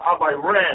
Iran